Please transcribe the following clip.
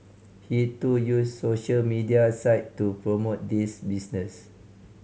he too used social media site to promote this business